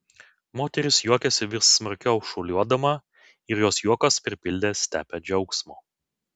moteris juokėsi vis smarkiau šuoliuodama ir jos juokas pripildė stepę džiaugsmo